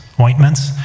ointments